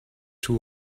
two